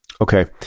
Okay